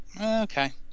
Okay